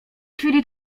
chwili